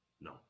No